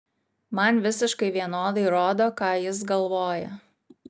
man visiškai vienodai rodo ką jis galvoja